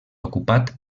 ocupat